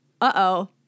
uh-oh